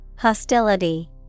Hostility